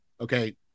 okay